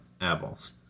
apples